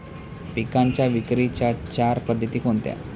पिकांच्या विक्रीच्या चार पद्धती कोणत्या?